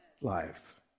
life